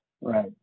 Right